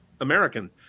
american